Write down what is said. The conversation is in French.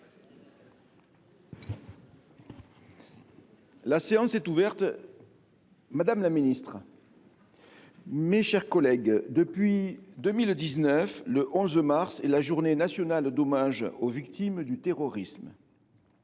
les réserves d’usage. Madame la ministre déléguée, mes chers collègues, depuis 2019, le 11 mars est la journée nationale d’hommage aux victimes du terrorisme.